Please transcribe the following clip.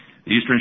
Eastern